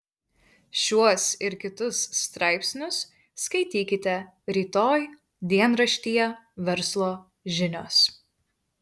šiuos ir kitus straipsnius skaitykite rytoj dienraštyje verslo žinios